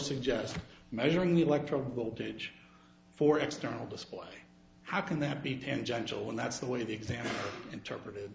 suggest measuring the electro voltage for external display how can that be tangential and that's the way the exam interpret